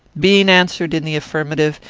being answered in the affirmative,